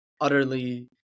Utterly